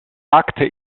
sagte